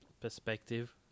perspective